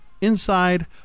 inside